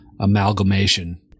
amalgamation